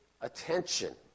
attention